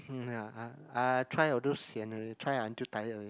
mm ya I I I try until sian already try until tired already